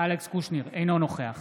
אינו נוכח